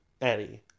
Eddie